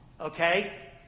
okay